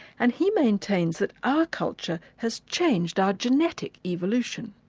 and he maintains that our culture has changed our genetic evolution.